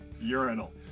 urinal